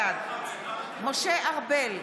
בעד משה ארבל,